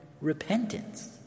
repentance